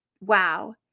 Wow